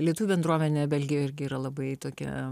lietuvių bendruomenė belgijoje irgi yra labai tokia